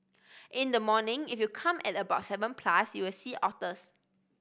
in the morning if you come at about seven plus you'll see otters